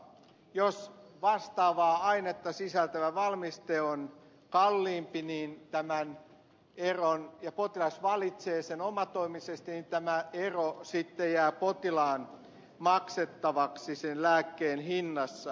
jos toinen vastaavaa ainetta sisältävä valmiste on kalliimpi ja potilas valitsee sen omatoimisesti niin tämä ero sitten jää potilaan maksettavaksi tämän lääkkeen hinnassa